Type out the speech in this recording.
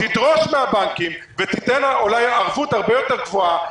-- תדרוש מהבנקים ותיתן אולי ערבות הרבה יותר גבוהה,